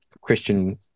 Christian